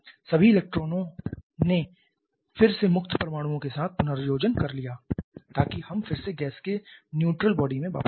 सभी इलेक्ट्रॉनों ने फिर से मुक्त परमाणुओं के साथ पुनर्संयोजन किया ताकि हम फिर से गैस के न्यूट्रल बॉडी में वापस आ जाएं